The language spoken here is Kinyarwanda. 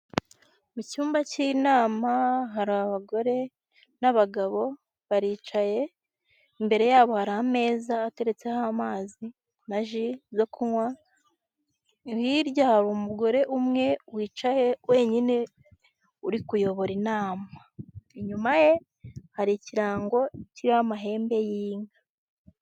Mu cyumba cy'inama hari abagore n'abagabo baricaye, imbere yabo hari ameza ateretseho amazi na ji zo kunywa, hirya hari umugore umwe wicaye wenyine uri kuyobora, inama inyuma ye hari ikirango kirimo amahembe y'inka.